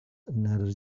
another